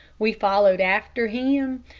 we followed after him,